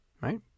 right